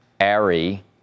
Ari